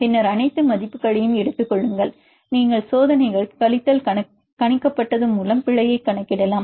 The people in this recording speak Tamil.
பின்னர் அனைத்து மதிப்புகளையும் எடுத்துக் கொள்ளுங்கள் நீங்கள் சோதனைகள் கழித்தல் கணிக்கப்பட்டது மூலம் பிழையை கணக்கிடலாம்